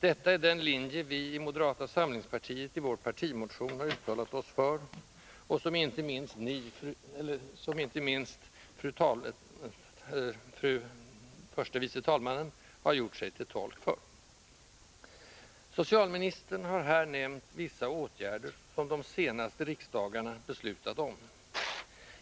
Detta är den linje som vi i moderata samlingspartiet i vår partimotion uttalat oss för och som inte minst fru förste vice talmannen har gjort sig till tolk för. Socialministern har här nämnt vissa åtgärder som de senaste riksmötena beslutat om.